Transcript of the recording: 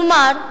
כלומר,